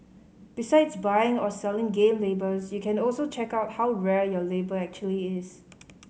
besides buying or selling game labels you can also check out how rare your label actually is